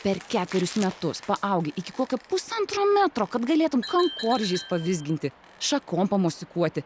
per ketverius metus paaugi iki kokio pusantro metro kad galėtum kankorėžiais pavizginti šakom pamosikuoti